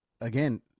again